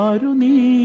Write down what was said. Aruni